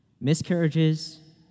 Miscarriages